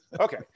Okay